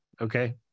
Okay